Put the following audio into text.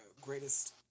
greatest